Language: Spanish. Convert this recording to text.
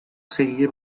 seguir